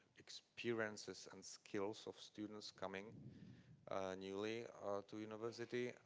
experiences and skills of students coming newly to university